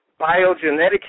biogenetic